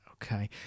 Okay